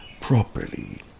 properly